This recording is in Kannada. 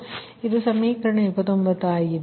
ಇದು ಸಮೀಕರಣ 29 ಆಗಿದೆ